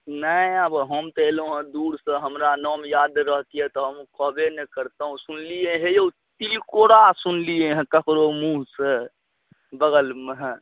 नहि आब हम तऽ अयलहुँ हँ दूरसँ हमरा नाम याद रहतियै तऽ हम कहबे ने करतहुँ सुनलियै हेयौ तिलकोरा सुनलियै हँ ककरो मुँहसँ बगलमे